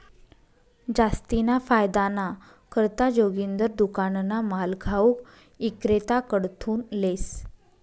जास्तीना फायदाना करता जोगिंदर दुकानना माल घाऊक इक्रेताकडथून लेस